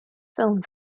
film